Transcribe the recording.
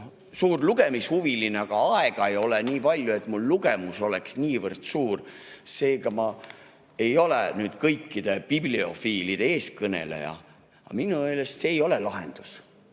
suur lugemishuviline, aga aega ei ole nii palju, et mu lugemus oleks niivõrd suur. Seega ei ole ma kõikide bibliofiilide eestkõneleja. Aga minu meelest ei ole see lahendus.